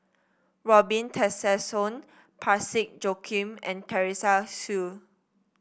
Robin Tessensohn Parsick Joaquim and Teresa Hsu